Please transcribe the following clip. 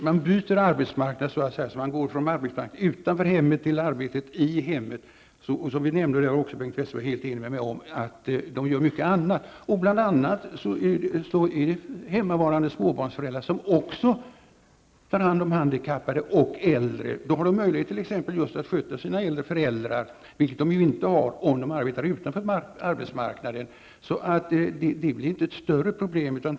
Fru talman! Om man så att säga byter arbetsmarknad och går från arbete utanför hemmet till arbete i hemmet, utför man även mycket annat -- det var Bengt Westerberg helt enig med mig om. Också hemmavarande småbarnsföräldrar kan ta hand om handikappade och äldre. De har möjlighet att sköta sina åldriga föräldrar, vilket de inte har om de arbetar utanför hemmet. Detta blir inte något större problem.